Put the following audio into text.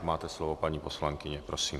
Máte slovo, paní poslankyně, prosím.